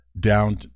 down